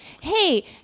hey